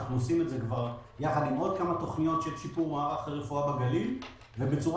אנחנו עושים את יחד עם עוד כמה תוכניות של שיפור מערך הרפואה בגליל בצורה